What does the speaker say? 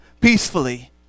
peacefully